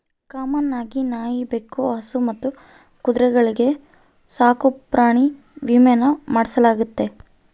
common ಆಗಿ ನಾಯಿ, ಬೆಕ್ಕು, ಹಸು ಮತ್ತು ಕುದುರೆಗಳ್ಗೆ ಸಾಕುಪ್ರಾಣಿ ವಿಮೇನ ಮಾಡಿಸಲಾಗ್ತತೆ